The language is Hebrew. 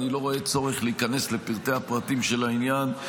אני לא רואה צורך להיכנס לפרטי-הפרטים של העניין.